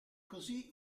così